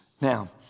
Now